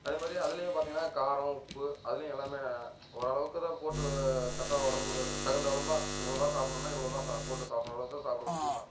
அதே மாதிரி அதுலேயுமே பார்த்திங்கன்னா காரம் உப்பு அதுலேயும் எல்லாமே ந ஓரளவுக்கு தான் போட்டு கரெக்டாக உடம்புக்கு அது தகுந்த அளம்பா இவ்வளோ தான் சாப்பிடணும் இவ்வளோ தான் சா போட்டு சாப்பிட்ற அளவுக்கு தான் சாப்பிடுவோம் மீடியமாக